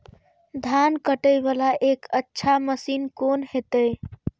धान कटे वाला एक अच्छा मशीन कोन है ते?